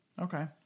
okay